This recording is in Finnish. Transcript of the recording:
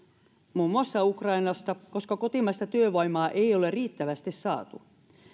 muun muassa ukrainasta koska kotimaista työvoimaa ei ole riittävästi saatu